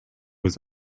was